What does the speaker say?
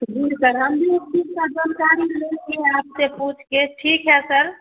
आपसे पूछ के ठीक है सर